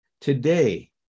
today